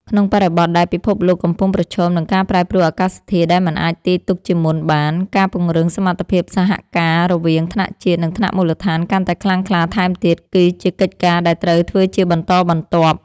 ក្នុងបរិបទដែលពិភពលោកកំពុងប្រឈមនឹងការប្រែប្រួលអាកាសធាតុដែលមិនអាចទាយទុកជាមុនបាន ការពង្រឹងសមត្ថភាពសហការរវាងថ្នាក់ជាតិ និងថ្នាក់មូលដ្ឋានកាន់តែខ្លាំងក្លាថែមទៀត គឺជាកិច្ចការដែលត្រូវធ្វើជាបន្តបន្ទាប់។